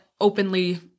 openly